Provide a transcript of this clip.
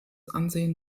ansehen